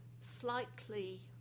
slightly